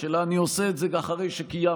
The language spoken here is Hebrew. אלא אני עושה את זה אחרי שקיימתי.